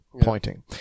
Pointing